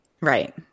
Right